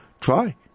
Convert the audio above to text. try